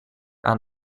aan